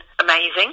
amazing